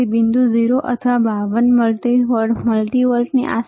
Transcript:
તેથી બિંદુ 0 અથવા 52 મિલીવોલ્ટની આસપાસ 9